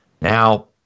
Now